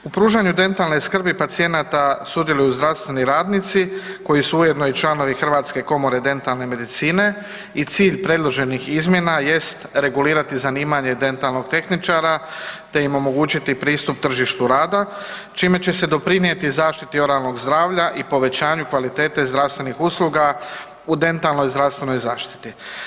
U pružanju dentalne skrbi pacijenata sudjeluju zdravstveni radnici koji su ujedno i članovi Hrvatske komore dentalne medicine i cilj predloženih izmjena jest regulirati zanimanje dentalnog tehničara te im omogućiti pristup tržištu rada čime će se doprinijeti zaštiti oralnog zdravlja i povećanju kvalitete zdravstvenih usluga u dentalnoj zdravstvenoj zaštiti.